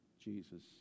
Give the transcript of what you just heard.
Jesus